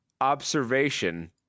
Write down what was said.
observation